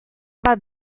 bat